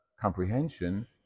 comprehension